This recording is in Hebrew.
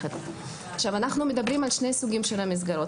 אנחנו מדברים על שני סוגים של המסגרות.